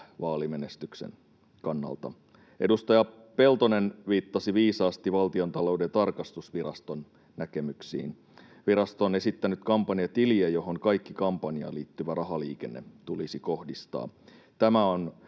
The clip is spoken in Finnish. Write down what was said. vaalimenestyksen kannalta. Edustaja Peltonen viittasi viisaasti Valtiontalouden tarkastusviraston näkemyksiin. Virasto on esittänyt kampanjatiliä, johon kaikki kampanjaan liittyvä rahaliikenne tulisi kohdistaa. Tämä on